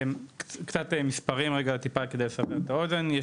קצת מספרים כדי לסבר את האוזן.